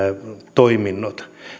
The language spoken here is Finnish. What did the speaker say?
toiminnot